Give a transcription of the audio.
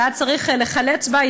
שהיה צריך לחלץ בה,